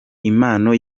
impano